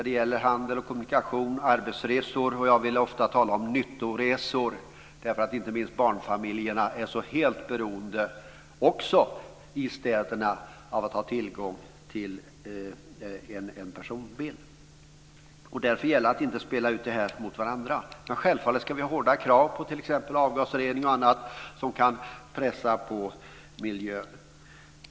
Det gäller handel, kommunikation, arbetsresor, och jag vill ofta tala om nyttoresor därför att inte minst barnfamiljerna är så helt beroende, också i städerna, av att ha tillgång till en personbil. Därför gäller det att inte spela ut det ena mot det andra. Men självfallet ska vi ha hårda krav på t.ex. avgasrening och annat som kan förbättra miljön.